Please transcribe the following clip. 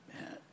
Man